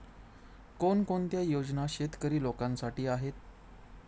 कोणकोणत्या योजना शेतकरी लोकांसाठी आहेत?